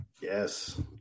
Yes